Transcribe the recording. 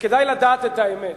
וכדאי לדעת את האמת.